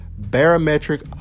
Barometric